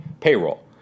payroll